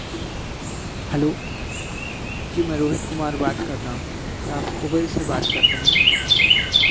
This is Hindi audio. हैलो जी में रोहित कुमार बात कर रहा हूँ क्या आप उबर से बात कर रहे हैं